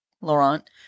Laurent